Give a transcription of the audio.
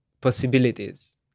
possibilities